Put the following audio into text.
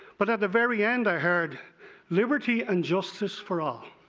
but at the very end i heard liberty and justice for all.